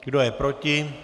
Kdo je proti?